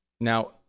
Now